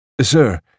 Sir